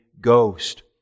Ghost